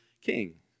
king